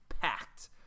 packed